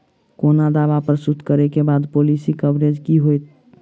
कोनो दावा प्रस्तुत करै केँ बाद पॉलिसी कवरेज केँ की होइत?